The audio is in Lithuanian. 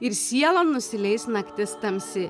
ir sielon nusileis naktis tamsi